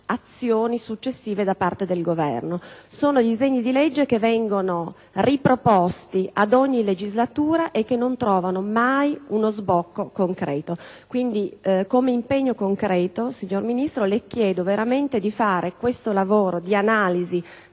azioni successive da parte del Governo. Si tratta di disegni di legge che vengono riproposti ad ogni legislatura e che non trovano mai uno sbocco concreto. Quindi, come impegno concreto, signora Ministro, le chiedo veramente di fare questo lavoro di analisi